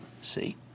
See